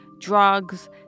drugs